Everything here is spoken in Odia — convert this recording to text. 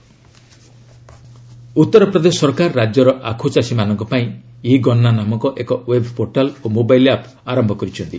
ୟୁପି ଫାର୍ମର୍ସ ଉତ୍ତରପ୍ରଦେଶ ସରକାର ରାଜ୍ୟର ଆଖୁଚାଷୀମାନଙ୍କ ପାଇଁ ଇ ଗନା ନାମକ ଏକ ୱେବ୍ ପୋର୍ଟାଲ ଓ ମୋବାଇଲ୍ ଆପ୍ ଆରମ୍ଭ କରିଛନ୍ତି